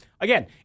Again